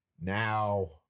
Now